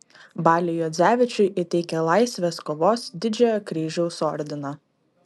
baliui juodzevičiui įteikė laisvės kovos didžiojo kryžiaus ordiną